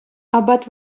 апат